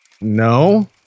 No